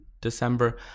December